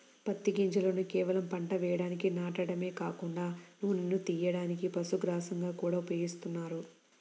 పత్తి గింజలను కేవలం పంట వేయడానికి నాటడమే కాకుండా నూనెను తియ్యడానికి, పశుగ్రాసంగా గూడా ఉపయోగిత్తన్నారు